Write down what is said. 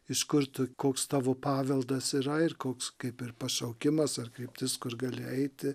iš kur tu koks tavo paveldas yra ir koks kaip ir pašaukimas ar kryptis kur gali eiti